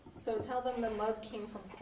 so tell them the mug came from